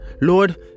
Lord